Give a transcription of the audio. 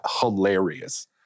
hilarious